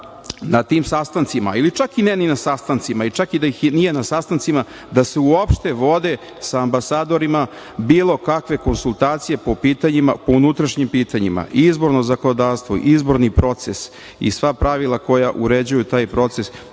na tim sastancima ili čak ne na sastancima, čak i da nije na sastancima, da se uopšte vode sa ambasadorima bilo kakve konsultacije po pitanjima, unutrašnjim pitanjima. I izborno zakonodavstvo, izborni proces i sva pravila koja uređuju taj proces,